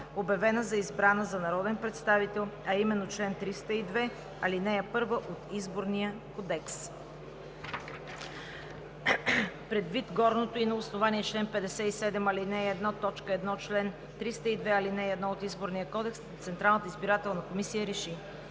обявена за избрана за народен представител, а именно чл. 302, ал. 1 от Изборния кодекс. Предвид горното и на основание чл. 57, ал. 1, т. 1, чл. 302, ал. 1 от Изборния кодекс Централната избирателна комисия РЕШИ: